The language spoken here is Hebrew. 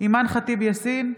אימאן ח'טיב יאסין,